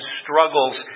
struggles